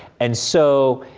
and so,